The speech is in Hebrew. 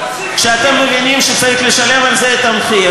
כשאתם מבינים שצריך לשלם על זה את המחיר,